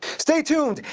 stay tuned!